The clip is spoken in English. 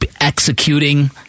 executing